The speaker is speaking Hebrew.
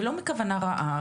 ולא מכוונה רעה,